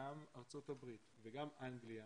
גם ארצות הברית וגם אנגליה,